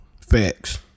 Facts